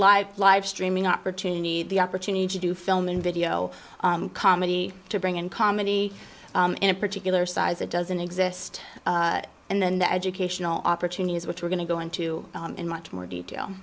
live live streaming opportunity the opportunity to do film and video comedy to bring in comedy in a particular size that doesn't exist and then the educational opportunities which we're going to go into in much more detail